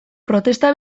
protesta